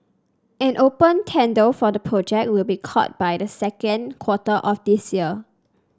an open tender for the project will be called by the second quarter of this year